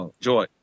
Joy